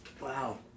Wow